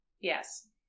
Yes